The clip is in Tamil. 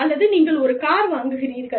அல்லது நீங்கள் ஒரு கார் வாங்குகிறீர்கள்